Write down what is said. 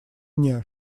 мне